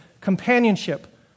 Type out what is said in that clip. companionship